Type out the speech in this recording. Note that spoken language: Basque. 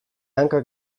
hankak